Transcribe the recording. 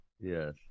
Yes